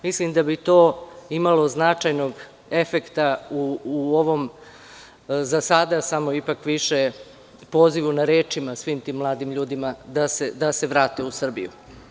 Mislim da bi to imalo značajnog efekta u ovom, za sada ipak samo pozivu na rečima svim tim mladim ljudima da se vrate u Srbiju.